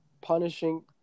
punishing